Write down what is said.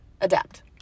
adapt